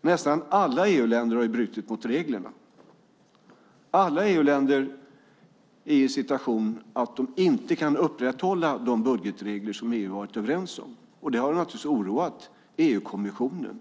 Nästan alla EU-länder har ju brutit mot reglerna. Alla EU-länder är i en situation att de inte kan upprätthålla de budgetregler som EU varit överens om. Det har naturligtvis oroat EU-kommissionen.